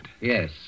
Yes